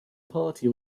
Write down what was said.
party